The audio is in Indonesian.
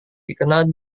dikenal